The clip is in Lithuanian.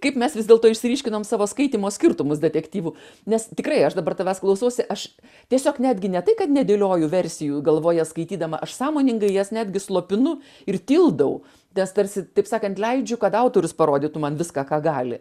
kaip mes vis dėlto išsiryškinom savo skaitymo skirtumus detektyvų nes tikrai aš dabar tavęs klausausi aš tiesiog netgi ne tai kad nedėlioju versijų galvoje skaitydama aš sąmoningai jas netgi slopinu ir tildau nes tarsi taip sakant leidžiu kad autorius parodytų man viską ką gali